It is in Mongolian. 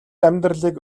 амьдралыг